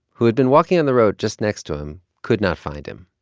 who had been walking on the road just next to him, could not find him.